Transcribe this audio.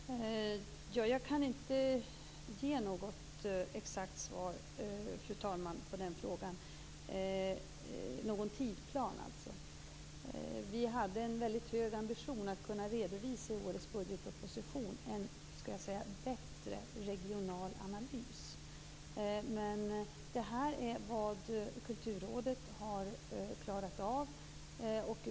Fru talman! Jag kan inte ge något exakt svar på frågan om en tidsplan. Vi hade en mycket hög ambition att i årets budgetproposition kunna redovisa en bättre regional analys, men det här är vad Kulturrådet har klarat av.